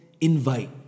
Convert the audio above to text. invite